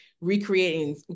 recreating